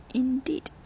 indeed